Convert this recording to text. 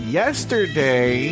yesterday